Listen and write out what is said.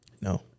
No